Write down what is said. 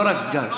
לא רק סגן.